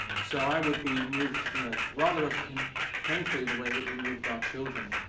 so i would be moved rather um and painfully, the way that we moved our children.